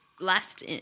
last